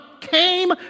came